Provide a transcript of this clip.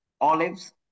olives